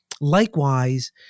likewise